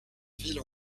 ville